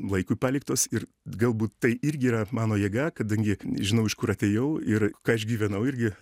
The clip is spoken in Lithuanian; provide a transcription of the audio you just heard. laikui paliktos ir galbūt tai irgi yra mano jėga kadangi žinau iš kur atėjau ir ką išgyvenau irgi